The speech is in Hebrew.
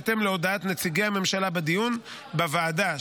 בהתאם להודעת נציגי הממשלה בדיון בוועדה,